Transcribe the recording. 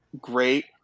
great